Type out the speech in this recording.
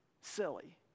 Silly